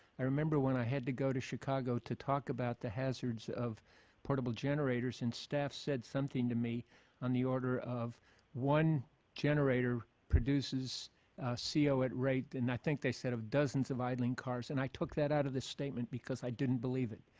i remember when i had to go to chicago to talk about the hazards of portable generator since staff said something to me on the order of one generator produces co so at rate. and i think they said of dozens of idling cars. and i took that out of the statement because i didn't believe it.